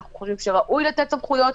אנחנו חושבים שראוי לתת סמכויות,